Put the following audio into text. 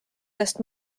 sest